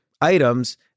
items